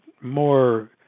more